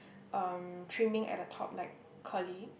um trimming at the top like curly